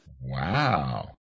Wow